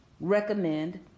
recommend